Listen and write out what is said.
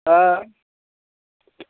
मा